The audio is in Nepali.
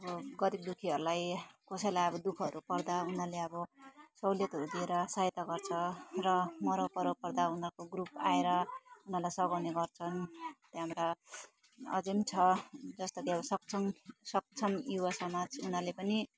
अब गरिब दुःखीहरूलाई कसैलाई दुःखहरू पर्दा उनीहरूले अब सहुलियतहरू दिएर सहायता गर्छ र मरौपरौ पर्दा उनीहरूको ग्रुप आएर उनीहरूलाई सघाउने गर्छन् त्यहाँबाट अझै छ जस्तो कि अब सक्षम सक्षम युवा समाज उनीहरूले पनि